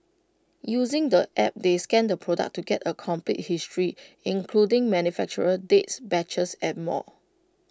using the app they scan the product to get A complete history including manufacturer dates batches and more